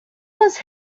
was